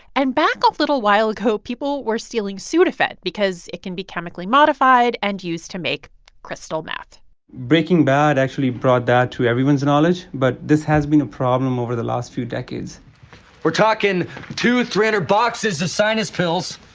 and back a little while ago, people were stealing sudafed because it can be chemically modified and used to make crystal meth breaking bad actually brought that to everyone's knowledge, but this has been a problem over the last few decades we're talking two, three hundred boxes of sinus pills.